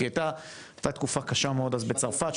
כי הייתה תקופה קשה מאוד אז בצרפת,